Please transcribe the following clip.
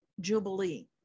Jubilee